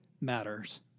matters